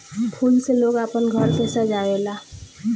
फूल से लोग आपन घर के सजावे ला